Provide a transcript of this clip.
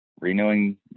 renewing